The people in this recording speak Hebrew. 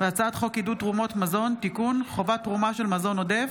הצעת חוק עידוד תרומות מזון (תיקון) (חובת תרומה של מזון עודף),